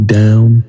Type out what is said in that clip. down